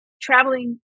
traveling